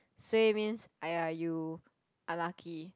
suay means !aiya! you unlucky